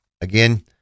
again